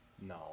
No